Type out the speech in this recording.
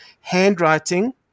handwriting